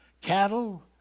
cattle